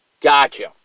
Gotcha